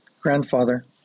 Grandfather